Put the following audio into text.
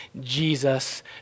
Jesus